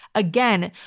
again,